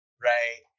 right